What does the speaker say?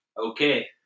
Okay